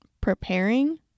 preparing